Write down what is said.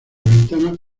ventanas